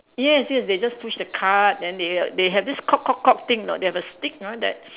yes yes they just push the cart then they they have this thing you know they had a stick ah that